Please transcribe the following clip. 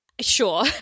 sure